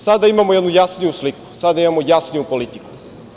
Sada imamo jednu jasniju sliku, jasniju politiku.